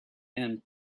and